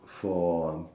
for